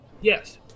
Yes